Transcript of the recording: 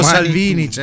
Salvini